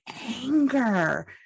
anger